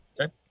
Okay